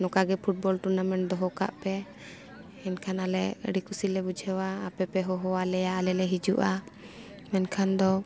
ᱱᱚᱝᱠᱟ ᱜᱮ football tournament ᱫᱚᱦᱚ ᱠᱟᱜ ᱯᱮ ᱮᱱᱠᱷᱟᱱ ᱟᱞᱮ ᱟᱹᱰᱤ ᱠᱩᱥᱤ ᱞᱮ ᱵᱩᱡᱷᱟᱹᱣᱟ ᱟᱯᱮ ᱯᱮ ᱦᱚᱦᱚᱣᱟ ᱞᱮᱭᱟ ᱟᱞᱮᱞᱮ ᱦᱤᱡᱩᱜᱼᱟ ᱢᱮᱱᱠᱷᱟᱱ ᱫᱚ